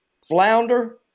flounder